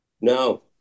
No